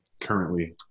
currently